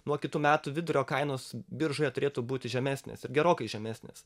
nuo kitų metų vidurio kainos biržoje turėtų būti žemesnės ir gerokai žemesnės